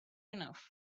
enough